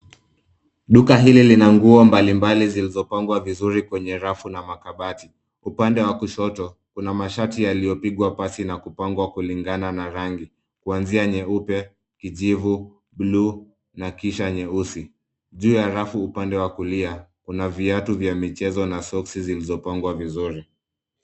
Duka hili lina nguo mbali mbali zilizopangwa vizuri kwenye rafu na makabati. Upande wa kushoto, kuna mashati yaliyopigwa pasi na kupangwa kulingana na rangi, kuanzia: nyeupe, kijivu, bluu na kisha nyeusi. Juu ya rafu upande wa kulia, kuna viatu vya michezo na soksi zilizopangwa vizuri.